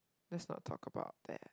let's not talk about that